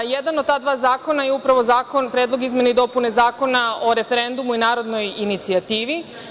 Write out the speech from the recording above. Jedan od ta dva zakona je upravo zakon - Predlog izmena i dopuna Zakona o referendumu i narodnoj inicijativi.